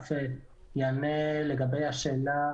באגף יענה לגבי השאלה